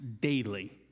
daily